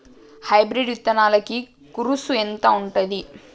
Hybrid విత్తనాలకి కరుసు ఎంత ఉంటది?